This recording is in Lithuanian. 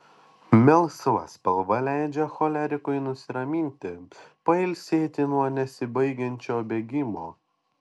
melsva spalva leidžia cholerikui nusiraminti pailsėti nuo nesibaigiančio bėgimo